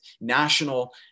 national